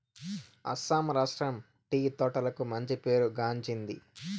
అస్సాం రాష్ట్రం టీ తోటలకు మంచి పేరు గాంచింది